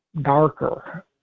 darker